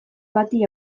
bati